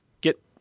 get